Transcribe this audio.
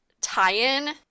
tie-in